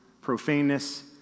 profaneness